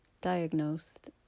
diagnosed